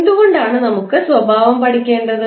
എന്തുകൊണ്ടാണ് നമുക്ക് സ്വഭാവം പഠിക്കേണ്ടത്